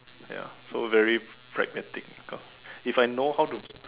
ya so very pragmatic guitar if I know how to